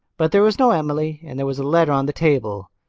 but there was no emily and there was a letter on the table.